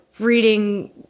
reading